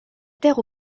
terre